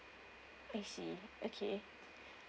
I see okay